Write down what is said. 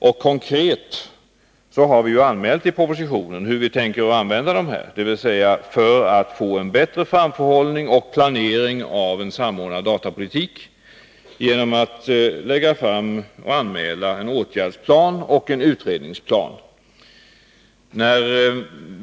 Vi har konkret anmält i propositionen hur vi tänker använda rekommendationerna, dvs. för att få en bättre framförhållning och planering av en samordnad datapolitik genom att lägga fram och anmäla en åtgärdsplan och en utredningsplan.